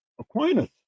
Aquinas